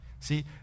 See